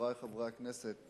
חברי חברי הכנסת,